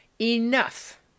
Enough